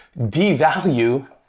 devalue